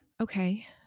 Okay